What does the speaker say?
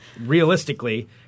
realistically